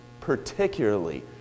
particularly